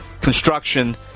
construction